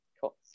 cool